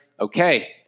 okay